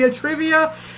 Trivia